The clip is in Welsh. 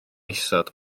isod